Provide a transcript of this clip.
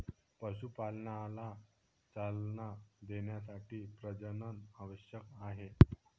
पशुपालनाला चालना देण्यासाठी प्रजनन आवश्यक आहे